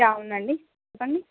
yeah అవునండి చెప్పండి